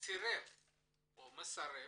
סירב או מסרב,